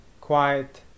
quiet